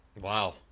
Wow